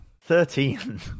Thirteen